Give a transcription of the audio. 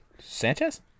Sanchez